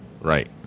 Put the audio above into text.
Right